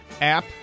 app